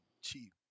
cheap